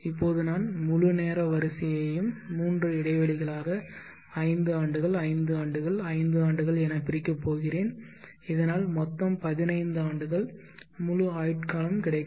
இப்போது நான் முழு நேர வரிசையையும் மூன்று இடைவெளிகளாக ஐந்து ஆண்டுகள் ஐந்து ஆண்டுகள் ஐந்து ஆண்டுகள் எனப் பிரிக்கப் போகிறேன் இதனால் மொத்தம் பதினைந்து ஆண்டுகள் முழு ஆயுட்காலம் கிடைக்கும்